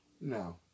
No